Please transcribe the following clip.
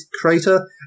crater